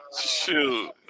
Shoot